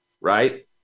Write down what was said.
right